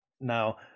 Now